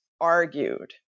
argued